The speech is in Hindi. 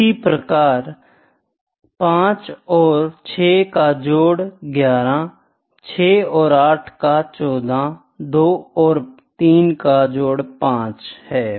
इसी तरह 5 और 6 का जोड़ है 11 6 और 8 का 14 2 और 3 का 5 है